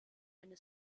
eine